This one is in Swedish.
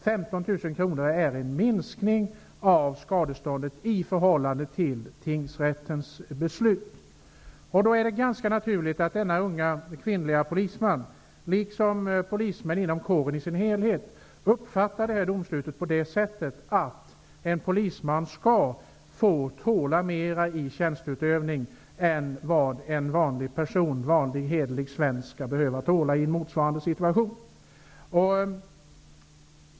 Detta innebär en minskning av skadeståndet i förhållande till tingsrättens beslut. Det är då ganska naturligt att denna unga kvinnliga polisman, liksom polismän inom kåren i dess helhet, uppfattar detta domslut på det sättet att en polisman skall få tåla mer i tjänsteutövning än vad en vanlig hederlig svensk skall behöva tåla i motsvarande situation.